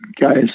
guys